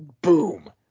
boom